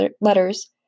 letters